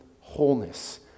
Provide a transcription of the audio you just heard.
wholeness